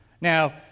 Now